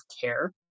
care